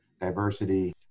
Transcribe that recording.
diversity